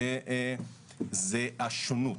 זה השונות.